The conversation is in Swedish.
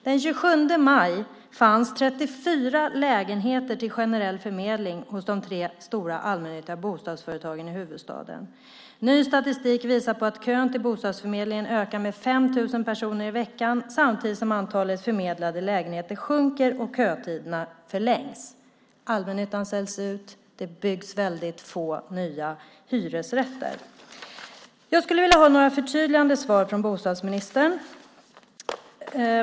Den 27 maj fanns det 34 lägenheter till generell förmedling hos de tre stora allmännyttiga bostadsföretagen i huvudstaden. Ny statistik visar att kön till bostadsförmedlingen ökar med 5 000 personer i veckan samtidigt som antalet förmedlade lägenheter sjunker och kötiderna förlängs. Allmännyttan säljs ut, och det byggs väldigt få nya hyresrätter. Jag skulle vilja ha några förtydligande svar från bostadsministern.